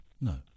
no